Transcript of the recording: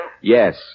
Yes